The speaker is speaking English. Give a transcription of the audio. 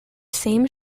same